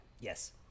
yes